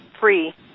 free